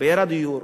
משבר הדיור,